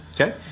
okay